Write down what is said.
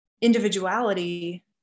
individuality